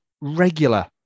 regular